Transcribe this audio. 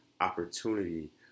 opportunity